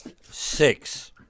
six